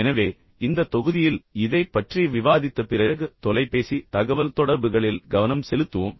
எனவே இந்த தொகுதியில் இதைப் பற்றி விவாதித்த பிறகு தொலைபேசி தகவல்தொடர்புகளில் கவனம் செலுத்துவோம்